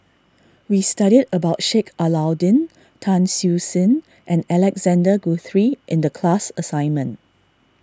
we studied about Sheik Alau'ddin Tan Siew Sin and Alexander Guthrie in the class assignment